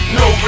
no